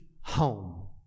home